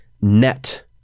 net